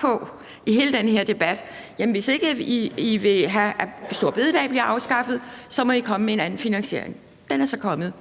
på i hele den her debat, altså at hvis I ikke vil have, at store bededag bliver afskaffet, så må I komme med en anden finansiering. Den er så kommet,